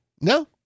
No